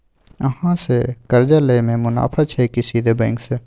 अहाँ से कर्जा लय में मुनाफा छै की सीधे बैंक से?